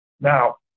Now